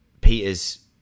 Peter's